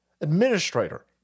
administrator